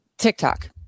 TikTok